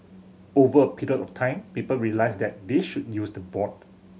over a period of time people realise that they should use the board